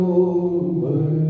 over